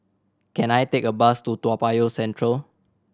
can I take a bus to Toa Payoh Central